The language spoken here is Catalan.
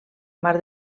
mar